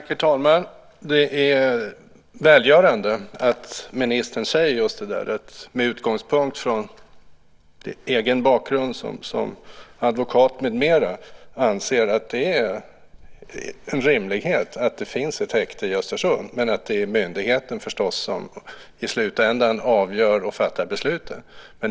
Herr talman! Det är välgörande att ministern säger just det, att han med utgångspunkt från egen bakgrund som advokat med mera anser att det är en rimlighet att det finns ett häkte i Östersund men att det förstås är myndigheten som i slutändan avgör och fattar besluten.